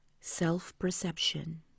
self-perception